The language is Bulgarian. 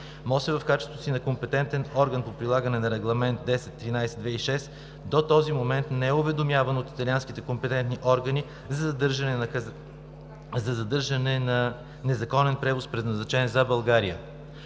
водите в качеството си на компетентен орган по прилагане на Регламент № 1013/2006 г. до този момент не е уведомяван от италианските компетентни органи за задържане на незаконен превоз, предназначен за България.